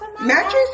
Mattress